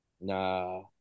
Nah